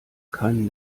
keinen